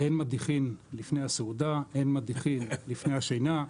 'אין מדיחים לפני הסעודה, אין מדיחים לפני השינה',